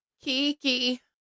Kiki